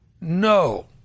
No